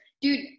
dude